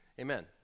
Amen